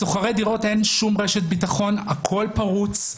לשוכרי דירות אין שום רשת ביטחון, הכול פרוץ.